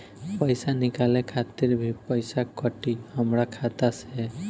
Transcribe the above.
पईसा निकाले खातिर भी पईसा कटी हमरा खाता से?